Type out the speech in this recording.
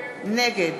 נגד